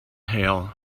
hail